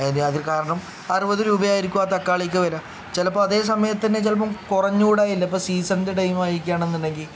അതിന് അതിന് കാരണം അറുപത് രൂപ ആയിരിക്കും ആ തക്കാളിക്ക് വരിക ചിലപ്പോൾ അതേ സമയത്ത് തന്നെ ചിലപ്പം കുറഞ്ഞ് കൂടായ്ക ഇല്ല ഇപ്പം സീസൺൻ്റെ ടൈം ആയിരിക്കുകയാണ് എന്നുണ്ടെങ്കിൽ